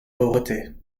pauvreté